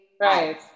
right